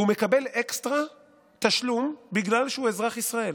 הוא מקבל אקסטרה תשלום בגלל שהוא אזרח ישראל.